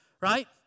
right